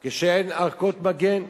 כשאין ערכות מגן,